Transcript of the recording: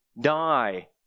die